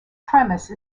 premise